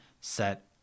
set